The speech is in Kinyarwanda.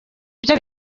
byo